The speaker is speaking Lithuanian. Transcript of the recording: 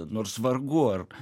nors vargu ar